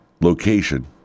location